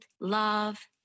love